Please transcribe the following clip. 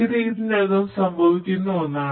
ഇത് ഇതിനകം സംഭവിക്കുന്ന ഒന്നാണ്